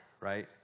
right